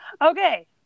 Okay